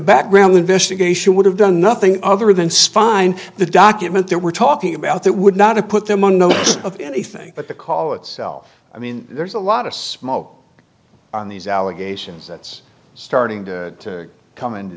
background investigation would have done nothing other than spine the document they were talking about that would not have put them on notice of anything but the call itself i mean there's a lot of smoke on these allegations that's starting to come in